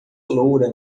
loura